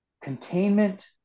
Containment